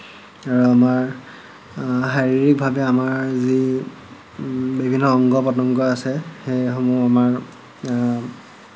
আৰু আমাৰ শাৰীৰিকভাৱে আমাৰ যি বিভিন্ন অংগ প্ৰতংগ আছে সেইসমূহ আমাৰ